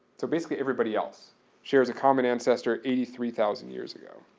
so basically everybody else shares a common ancestor eighty three thousand years ago.